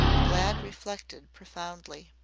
glad reflected profoundly.